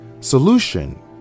solution